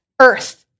earth